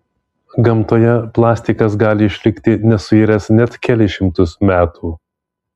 gamtoje plastikas gali išlikti nesuiręs net kelis šimtus metų